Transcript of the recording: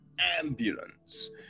Ambulance